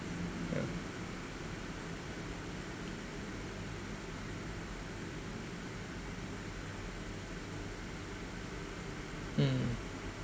yeah hmm